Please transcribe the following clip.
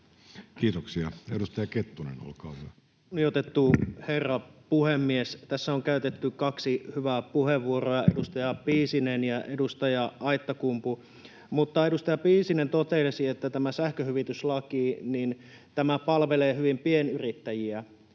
Kiitoksia. — Edustaja Kettunen, olkaa hyvä. Kunnioitettu herra puhemies! Tässä on käytetty kaksi hyvää puheenvuoroa, edustaja Piisinen ja edustaja Aittakumpu. Edustaja Piisinen totesi, että tämä sähköhyvityslaki palvelee hyvin pienyrittäjiä.